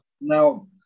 Now